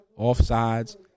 offsides